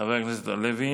חבר הכנסת הלוי